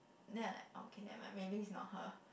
then I like okay nevermind maybe is not her